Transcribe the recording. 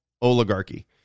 oligarchy